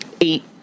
eight